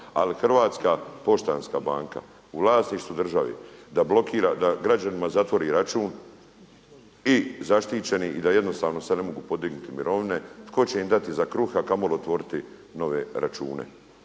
Ali Hrvatska poštanska banka u vlasništvu države da blokira, da građanima zatvori račun i zaštićeni i da jednostavno se ne mogu podignuti mirovine tko će im dati za kruh, a kamoli otvoriti nove račune.